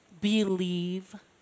believe